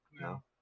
No